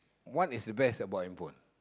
what is the best about hand phone